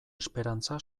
esperantza